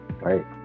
right